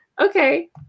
okay